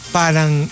parang